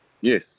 Yes